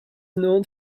known